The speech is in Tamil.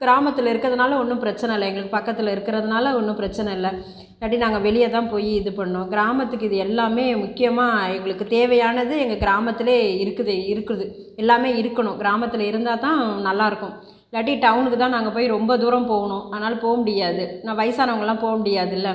கிராமத்தில் இருக்கிறதுனால ஒன்றும் பிரச்சின இல்லை எங்களுக்கு பக்கத்தில் இருக்கிறதுனால ஒன்றும் பிரச்சின இல்லை இல்லாட்டி நாங்கள் வெளியில் தான் போய் இது பண்ணணும் கிராமத்துக்கு இது எல்லாமே முக்கியமாக எங்களுக்கு தேவையானது எங்கள் கிராமத்துலேயே இருக்குது இருக்குது எல்லாமே இருக்கனும் கிராமத்தில் இருந்தால் தான் நல்லாயிருக்கும் இல்லாட்டி டவுனுக்கு தான் நாங்கள் போய் ரொம்ப தூரம் போகணும் அதனால் போகமுடியாது நான் வயசானவங்களாம் போக முடியாதுல